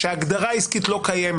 כשההגדרה העסקית לא קיימת,